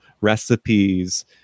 recipes